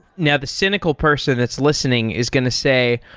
now the cynical person that's listening is going to say,